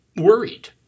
worried